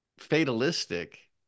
fatalistic